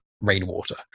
rainwater